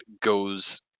goes